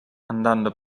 andando